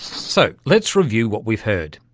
so, let's review what we've heard.